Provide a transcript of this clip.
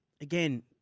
again